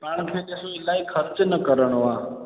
पाण खे देखो इलाही ख़र्च न करिणो आहे